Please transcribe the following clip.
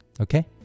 okay